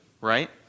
right